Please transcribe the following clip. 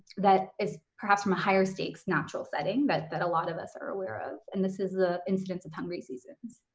that is perhaps from a higher stakes natural setting but that a lot of us are aware of, and this is the incidence of hungry seasons.